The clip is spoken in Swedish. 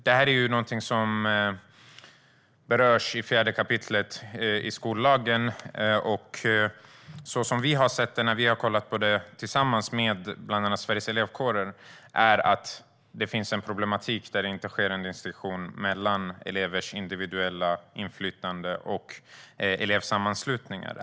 Det här är någonting som berörs i 4 kap. skollagen, och det vi har sett när vi har kollat på det tillsammans med bland annat Sveriges Elevkårer är att det finns en problematik eftersom det inte sker någon distinktion mellan elevers individuella inflytande och elevsammanslutningar.